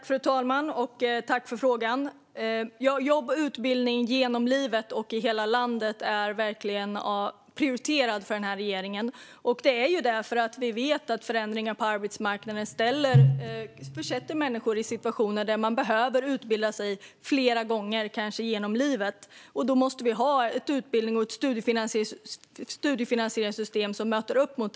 Fru talman! Tack för frågan! Ja, jobb och utbildning genom livet och i hela landet är verkligen prioriterat för regeringen. Det är det för att vi vet att förändringar på arbetsmarknaden försätter människor i situationer där de behöver utbilda sig kanske flera gånger i livet. Då måste vi ha ett utbildnings och studiefinansieringssystem som möter det.